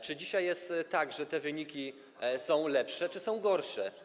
Czy dzisiaj jest tak, że te wyniki są lepsze, czy są one gorsze?